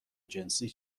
جنسی